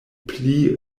pli